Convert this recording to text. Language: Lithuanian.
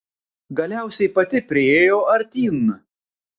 galiausiai pati priėjo artyn